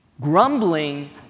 Grumbling